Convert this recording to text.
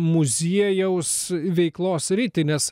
muziejaus veiklos sritį nes